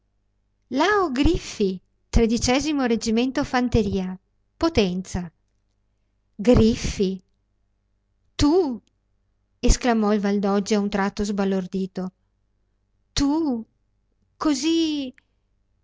nome lao griffi tredicesimo reggimento fanteria potenza griffi tu esclamò il valdoggi a un tratto sbalordito tu così